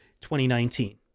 2019